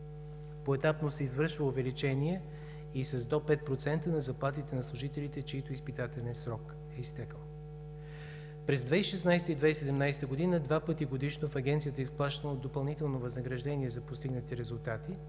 Поетапно се извършва увеличение и с до 5% на заплатите на служителите, чиито изпитателен срок е изтекъл. През 2016 г. и 2017 г. два пъти годишно в Агенцията е изплащано допълнително възнаграждение за постигнати резултати,